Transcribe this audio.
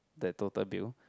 the total bill